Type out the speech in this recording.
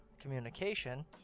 communication